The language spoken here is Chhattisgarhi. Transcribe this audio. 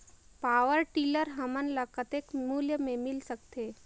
पावरटीलर हमन ल कतेक मूल्य मे मिल सकथे?